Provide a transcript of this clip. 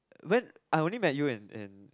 then I only met you in in